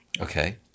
okay